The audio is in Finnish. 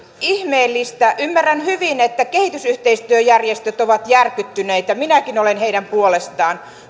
ihmeellistä ymmärrän hyvin että kehitysyhteistyöjärjestöt ovat järkyttyneitä minäkin olen heidän puolestaan